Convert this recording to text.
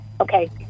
Okay